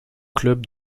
club